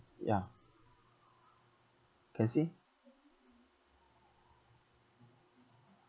ya can see